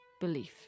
Belief